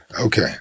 Okay